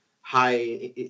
high